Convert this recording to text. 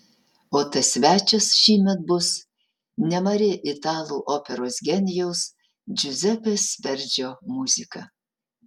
o tas svečias šįmet bus nemari italų operos genijaus džiuzepės verdžio muzika